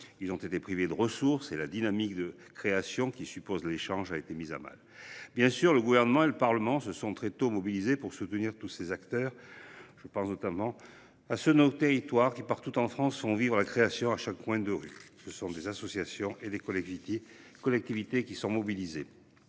Ils ont été privés de ressources et la dynamique de création, qui suppose l'échange, a été mise à mal. Bien sûr, le Gouvernement et le Parlement se sont très tôt mobilisés pour soutenir tous ces acteurs, notamment ceux de nos territoires, qui, partout en France, font vivre la création à chaque coin de rue- des associations et des collectivités sont ainsi mobilisées.